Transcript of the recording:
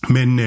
Men